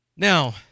Now